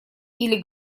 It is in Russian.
или